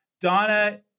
Donna